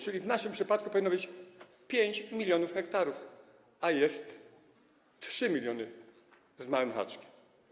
Czyli w naszym przypadku powinno być 5 mln ha, a jest 3 mln z małym haczkiem.